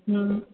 હમ